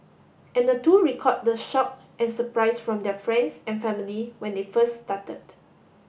and the two recalled the shock and surprise from their friends and family when they first started